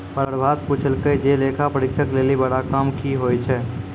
प्रभात पुछलकै जे लेखा परीक्षक लेली बड़ा काम कि होय छै?